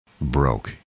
broke